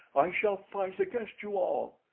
i shall fight against you all.